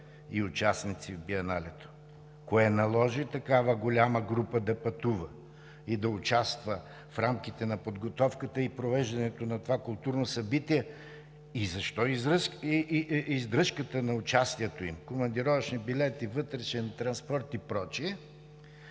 и участници в Биеналето? Кое наложи такава голяма група да пътува и да участва в рамките на подготовката и провеждането на това културно събитие? Защо издръжката за участието им – командировъчни, билети, вътрешен транспорт и прочие,